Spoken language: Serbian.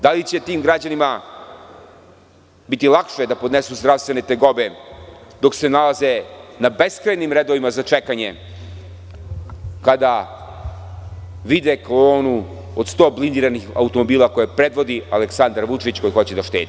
Da li će tim građanima biti lakše da podnesu zdravstvene tegobe, dok se nalaze na beskrajnim redovima za čekanje, kada vide kolonu od 100 blindiranih automobila koju predvodi Aleksandar Vučić, koji hoće da uštedi?